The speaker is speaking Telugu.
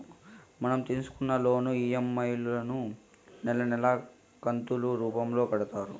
మనం తీసుకున్న లోను ఈ.ఎం.ఐ లను నెలా నెలా కంతులు రూపంలో కడతారు